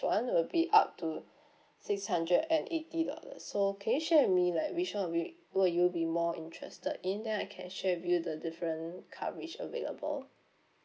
[one] will be up to six hundred and eighty dollars so can you share with me like which one will be will you be more interested in then I can share with you the different coverage available